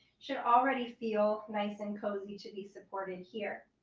should already feel nice and cozy to be supported here.